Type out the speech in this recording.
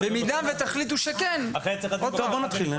אם מדובר בפעוטות מגיל לידה עד שלוש ואם מדובר במבוגרים חסרי